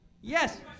Yes